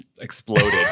exploded